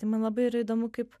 tai man labai yra įdomu kaip